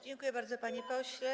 Dziękuję bardzo, panie pośle.